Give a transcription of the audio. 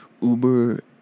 Uber